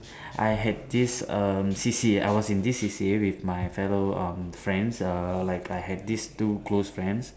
I had this um C_C_A I was in this C_C_A with my fellow um friends err like I had this two close friends